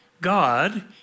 God